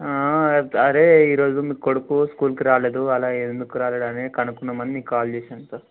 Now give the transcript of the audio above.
అదే ఈరోజు మీ కొడుకు స్కూల్కి రాలేదు అలా ఎందుకు రాలేదని కనుక్కుందామని మీకు కాల్ చేశాను సార్